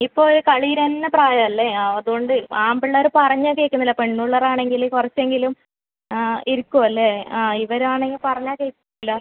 ഇപ്പോഴ് കളീരെ തന്നെ പ്രായം അല്ലേ ആ അതുകൊണ്ട് ആൺപിള്ളേർ പറഞ്ഞാൽ കേൾക്കുന്നില്ല പെൺ പിള്ളേർ ആണെങ്കിൽ കുറച്ചെങ്കിലും ഇരിക്കു അല്ലേ ആ ഇവർ ആണ് പറഞ്ഞാൽ കേൾക്കില്ല